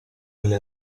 alle